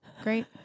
Great